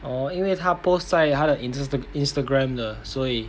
orh 因为他 post 在他的 Insta~ Instagram 的所以